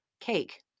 cake